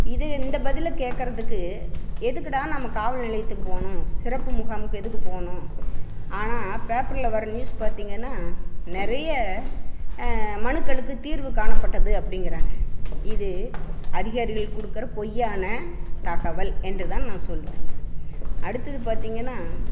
இது இந்த பதிலை கேட்கறத்துக்கு எதுக்குடா நம்ம காவல் நிலையத்துக்கு போகணும் சிறப்பு முகாமுக்கு எதுக்கு போகணும் ஆனால் பேப்பர்ல வர நியூஸ் பார்த்திங்கன்னா நிறைய மனுக்களுக்கு தீர்வு காணப்பட்டது அப்படிங்கிறாங்க இது அதிகாரிகளுக்கு கொடுக்கற பொய்யான தகவல் என்று தான் நான் சொல்லுவேன் அடுத்தது பார்த்திங்கன்னா